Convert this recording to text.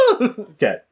Okay